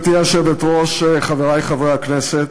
גברתי היושבת-ראש, חברי חברי הכנסת,